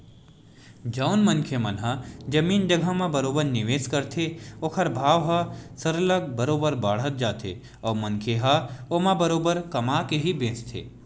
जउन मनखे मन ह जमीन जघा म बरोबर निवेस करथे ओखर भाव ह सरलग बरोबर बाड़त जाथे अउ मनखे ह ओमा बरोबर कमा के ही बेंचथे